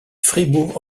fribourg